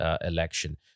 election